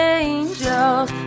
angels